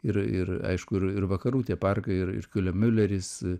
ir ir aišku ir ir vakarų tie parkai yra ir ir kiule miuleris